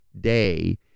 day